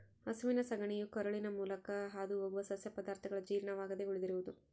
ಹಸುವಿನ ಸಗಣಿಯು ಕರುಳಿನ ಮೂಲಕ ಹಾದುಹೋಗುವ ಸಸ್ಯ ಪದಾರ್ಥಗಳ ಜೀರ್ಣವಾಗದೆ ಉಳಿದಿರುವುದು